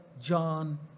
John